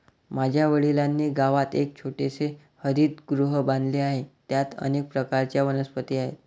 माझ्या वडिलांनी गावात एक छोटेसे हरितगृह बांधले आहे, त्यात अनेक प्रकारच्या वनस्पती आहेत